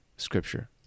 scripture